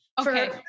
Okay